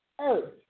earth